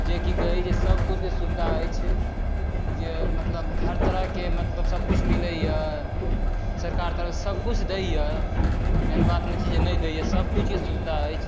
जे कि कहै जे सब कुछके सुविधा अछि जे मतलब हर तरहके मतलब सब कुछ मिलैए सरकारके तरफसऽ सब कुछ दैए एहन बात नै छै जे नै दैए सब कुछके सुविधा अछि